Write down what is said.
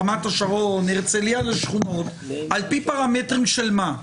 רמת השרון והרצליה לשכונות על פי פרמטרים של מה?